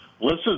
listen